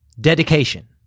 Dedication